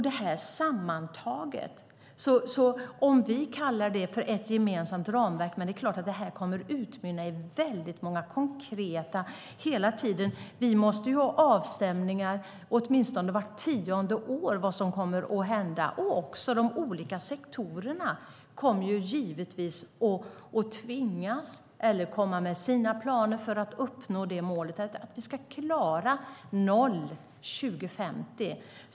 Det sammantaget - antingen vi kallar det för ett gemensamt ramverk eller inte - kommer att utmynna i många konkreta förslag. Vi måste åtminstone vart tionde år göra avstämningar för att se vad som kommer att hända. De olika sektorerna kommer givetvis att komma med sina planer för att uppnå målet om noll utsläpp år 2050.